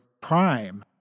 prime